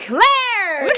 Claire